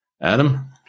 Adam